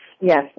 Yes